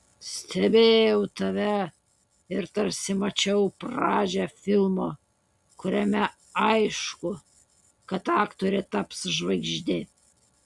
stebėjau tave ir tarsi mačiau pradžią filmo kuriame aišku kad aktorė taps žvaigžde